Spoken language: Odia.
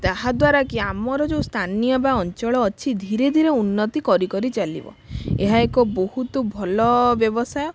ତାହା ଦ୍ଵାରା କି ଆମର ଯେଉଁ ସ୍ଥାନୀୟ ବା ଅଞ୍ଚଳ ଅଛି ଧୀରେ ଧୀରେ ଉନ୍ନତି କରି କରି ଚାଲିବ ଏହା ଏକ ବହୁତ ଭଲ ବ୍ୟବସାୟ